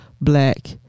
black